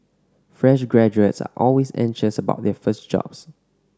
fresh graduates are always anxious about their first jobs